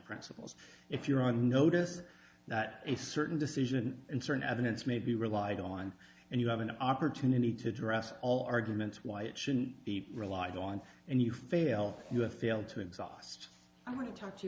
principles if you're on notice that a certain decision and certain evidence may be relied on and you have an opportunity to address all arguments why it shouldn't be relied on and you fail you have failed to exhaust